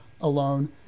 alone